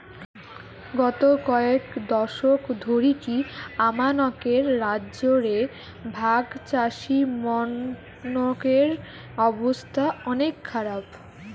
গত কয়েক দশক ধরিকি আমানকের রাজ্য রে ভাগচাষীমনকের অবস্থা অনেক খারাপ